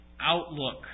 outlook